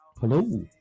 Hello